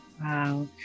Wow